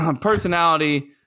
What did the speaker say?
personality